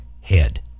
head